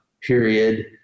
period